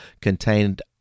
contained